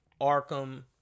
Arkham